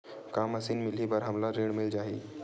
का मशीन मिलही बर हमला ऋण मिल जाही?